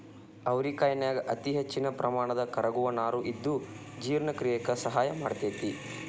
ಅವರಿಕಾಯನ್ಯಾಗ ಅತಿಹೆಚ್ಚಿನ ಪ್ರಮಾಣದ ಕರಗುವ ನಾರು ಇದ್ದು ಜೇರ್ಣಕ್ರಿಯೆಕ ಸಹಾಯ ಮಾಡ್ತೆತಿ